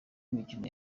imikino